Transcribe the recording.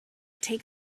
take